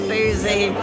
Boozy